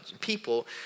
people